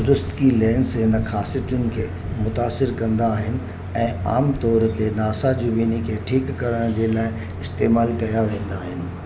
दुरुस्तगी lens हिन ख़ासियतुनि खे मुतासिर कंदा आहिनि ऐं आमतौर ते नासाज़ुबीनी खे ठीकु करण जे लाइ इस्तेमाल कया वेंदा आहिनि